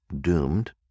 doomed